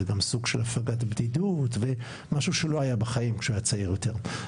זה גם סוג של הפגת בדידות ומשהו שלא היה בחיים שהוא יהה צעיר יותר,